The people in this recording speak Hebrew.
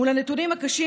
מול הנתונים הקשים,